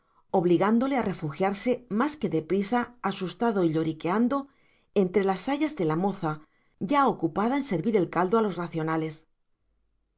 obligándole a refugiarse más que de prisa asustado y lloriqueando entre las sayas de la moza ya ocupada en servir caldo a los racionales